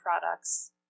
products